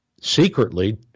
secretly